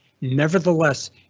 Nevertheless